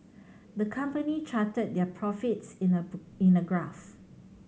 the company charted their profits in a in a graph